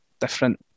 different